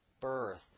birth